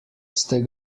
ste